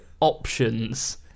options